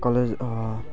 college